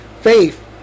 Faith